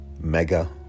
mega